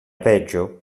peggio